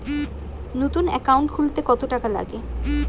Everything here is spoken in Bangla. নতুন একাউন্ট খুলতে কত টাকা লাগে?